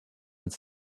its